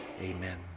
Amen